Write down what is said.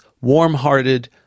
warm-hearted